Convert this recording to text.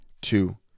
two